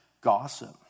gossip